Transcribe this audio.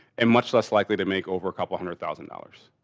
and much less likely to make over a couple hundred thousand dollars.